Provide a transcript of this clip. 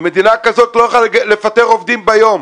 מדינה כזאת לא יכולה לפטר עובדים ביום.